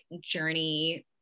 journey